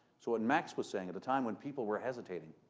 so, what max was saying, at a time when people were hesitating,